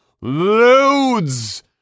loads